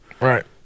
right